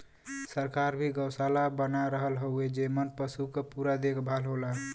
सरकार भी गौसाला बना रहल हउवे जेमन पसु क पूरा देखभाल होला